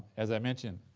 as i mentioned,